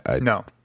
No